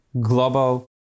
global